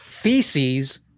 Feces